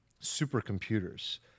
supercomputers